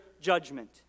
judgment